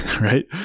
right